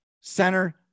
Center